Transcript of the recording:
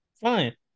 Fine